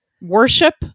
worship